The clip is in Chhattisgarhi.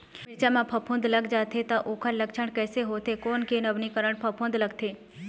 मिर्ची मा फफूंद लग जाथे ता ओकर लक्षण कैसे होथे, कोन के नवीनीकरण फफूंद लगथे?